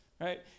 right